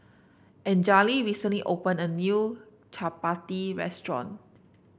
Anjali recently opened a new Chapati restaurant